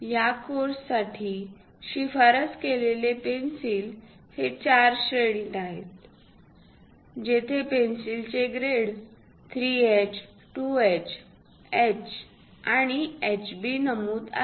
या कोर्ससाठी शिफारस केलेले पेन्सिल हे चार श्रेणीत आहेत जेथे पेन्सिलचे ग्रेड 3H 2H H आणि HB नमूद आहे